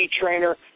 trainer